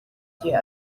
igihe